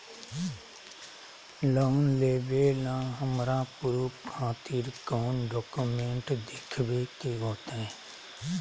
Loan लेबे ला हमरा प्रूफ खातिर कौन डॉक्यूमेंट देखबे के होतई?